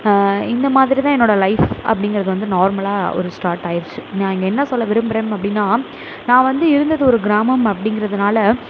இந்தமாதிரி தான் என்னோடய லைஃப் அப்படிங்கிறது வந்து நார்மலாக ஒரு ஸ்டார்ட் ஆயிடுச்சு நான் இங்கே என்ன சொல்ல விரும்புகிறேன் அப்படின்னா நான் வந்து இருந்தது ஒரு கிராமம் அப்படிங்கிறதுனால